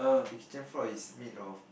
kitchen floor is made of